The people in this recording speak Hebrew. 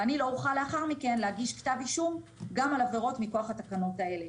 ואני לא אוכל לאחר מכן להגיש כתב אישום גם על עבירות מכוח התקנות האלה.